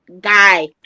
guy